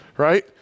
right